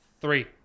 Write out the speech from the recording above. Three